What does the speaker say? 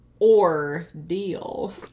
ordeal